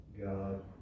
God